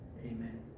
Amen